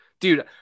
dude